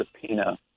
subpoena